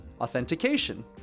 Authentication